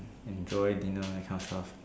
enjoy dinner that kind of stuff